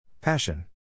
Passion